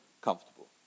comfortable